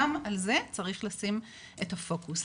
גם על זה צריך לשים את הפוקוס.